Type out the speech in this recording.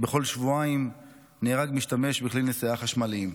בכל שבועיים נהרג משתמש בכלי נסיעה חשמליים,